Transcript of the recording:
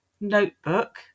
notebook